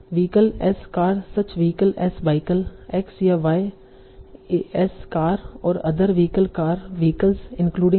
vehicle as car such vehicle as bicycle x या y as car और other vehicle car vehicles including car